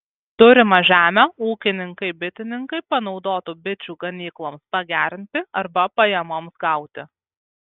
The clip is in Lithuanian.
turimą žemę ūkininkai bitininkai panaudotų bičių ganykloms pagerinti arba pajamoms gauti